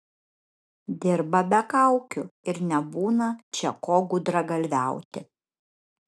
dirba be kaukių ir nebūna čia ko gudragalviauti